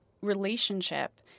relationship